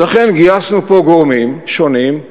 ולכן גייסנו פה גורמים שונים,